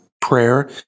Prayer